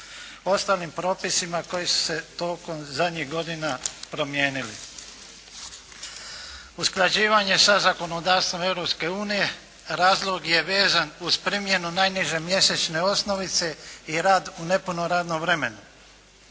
osnovnim propisima koji su se tokom zadnjih godina promijenili. Usklađivanje sa zakonodavstvom Europske unije razlog je vezan uz primjenu najniže mjesečne osnovice i rad u nepunom radnom vremenu.